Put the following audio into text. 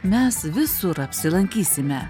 mes visur apsilankysime